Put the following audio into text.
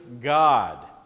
God